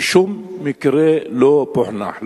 שום מקרה לא פוענח.